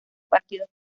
partidos